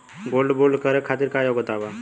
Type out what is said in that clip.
Gold bond करे खातिर का योग्यता बा?